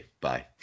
Bye